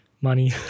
money